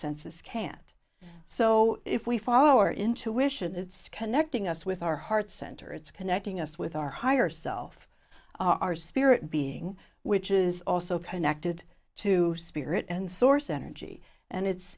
senses can't so if we follow our intuition it's connecting us with our heart center it's connecting us with our higher self our spirit being which is also connected to spirit and source energy and it's